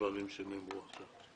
הדברים שנאמרו עכשיו.